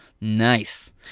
nice